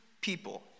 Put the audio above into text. people